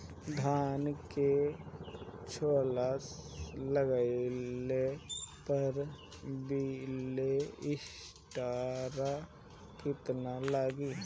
धान के झुलसा लगले पर विलेस्टरा कितना लागी?